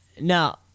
No